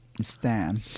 Stan